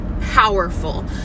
powerful